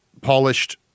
polished